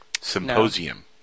Symposium